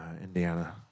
Indiana